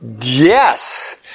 Yes